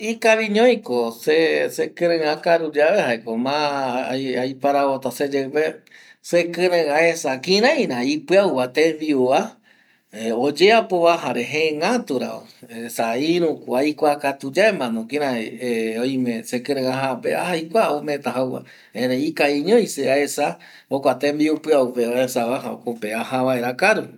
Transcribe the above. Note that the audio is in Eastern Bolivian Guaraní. ﻿Ikaviñoiko se sekirei akaruyae jaeko ma aiparavota seyeipe sekirei aesa kiraira ipiauva tembiuva oyeapova jare jengäturava esa irüko aikua katayaemano kirai oime sekirei ajape aja aikua ometa jauva erei ikaviñoi se aesa jokua tembiu piaupe aesava jokope aja vaera akaru